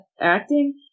acting